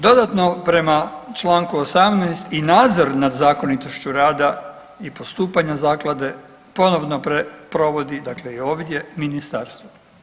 Dodatno prema članku 18. i nadzor nad zakonitošću rada i postupanja zaklade ponovno provodi, dakle i ovdje ministarstvo.